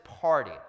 party